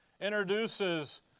introduces